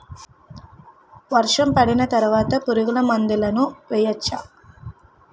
వర్షం పడిన తర్వాత పురుగు మందులను వేయచ్చా?